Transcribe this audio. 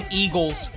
eagles